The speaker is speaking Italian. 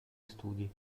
studi